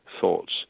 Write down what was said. thoughts